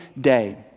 day